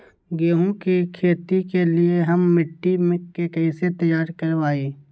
गेंहू की खेती के लिए हम मिट्टी के कैसे तैयार करवाई?